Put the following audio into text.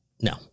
No